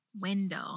window